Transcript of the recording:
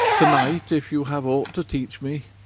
to-night, if you have aught to teach me,